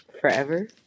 forever